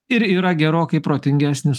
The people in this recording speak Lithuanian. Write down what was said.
ir yra gerokai protingesnis